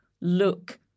look